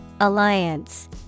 Alliance